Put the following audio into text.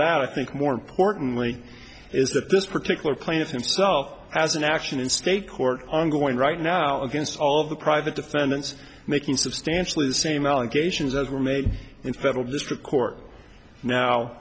that i think more importantly is that this particular plan of himself as an action in state court ongoing right now against all of the private defendants making substantially the same allegations that were made in federal district court now